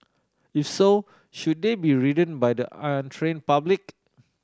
if so should they be ridden by the untrained public